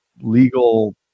legal